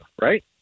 right